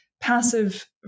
passive